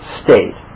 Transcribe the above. state